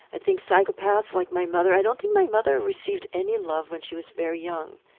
i think psychopaths like my mother i don't think my mother received any love when she was very young,